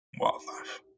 wildlife